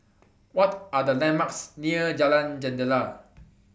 What Are The landmarks near Jalan Jendela